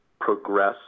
progress